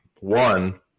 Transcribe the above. One